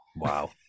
Wow